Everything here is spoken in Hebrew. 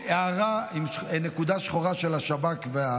עם הערה, נקודה שחורה של השב"כ.